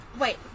Wait